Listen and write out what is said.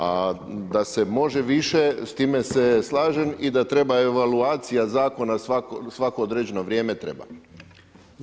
A da se može više, s time se slažem i da treba evaluacija zakona svako određeno vrijeme, treba.